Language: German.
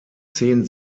zehn